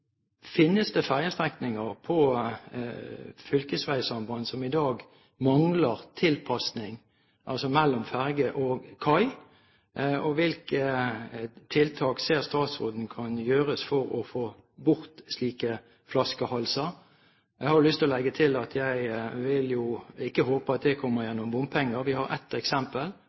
Finnes det ferjestrekninger på fylkesveisambandet som i dag mangler tilpasning mellom ferje og kai? Og hvilke tiltak ser statsråden kan gjøres for å få bort slike flaskehalser? Jeg har lyst til å legge til at jeg ikke vil håpe at det kommer gjennom bompenger. Vi har ett eksempel,